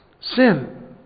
Sin